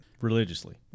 Religiously